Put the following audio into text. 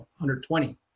$120